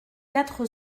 quatre